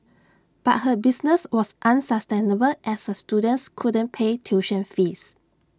but her business was unsustainable as her students couldn't pay tuition fees